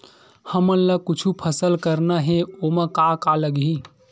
हमन ला कुछु फसल करना हे ओमा का का लगही?